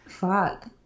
fuck